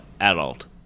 adult